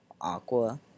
Aqua